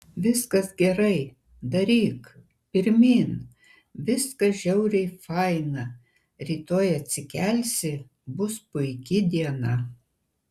viskas gerai daryk pirmyn viskas žiauriai faina rytoj atsikelsi bus puiki diena